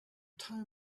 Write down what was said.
time